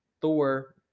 Thor